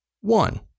one